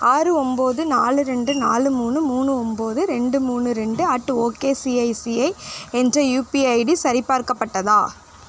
ஆறு ஒன்போது நாலு ரெண்டு நாலு மூணு மூணு ஒன்போது ரெண்டு மூணு ரெண்டு அட் ஓகேசிஐசிஐ என்ற யுபிஐ ஐடி சரிபார்க்கப்பட்டதா